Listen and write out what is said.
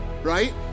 right